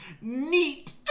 neat